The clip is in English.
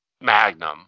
Magnum